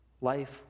Life